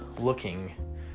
looking